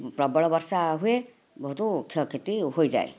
ପ୍ରବଳ ବର୍ଷା ହୁଏ ବହୁତ କ୍ଷୟକ୍ଷତି ହୋଇଯାଏ